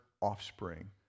offspring